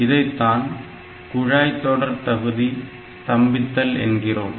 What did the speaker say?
இதைத்தான் குழாய்தொடர்தொகுதி ஸ்தம்பித்தல் என்கிறோம்